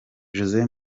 jose